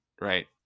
right